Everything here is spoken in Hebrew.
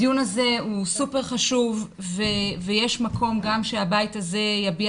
הדיון הזה הוא סופר חשוב ויש מקום שגם הבית הזה יביע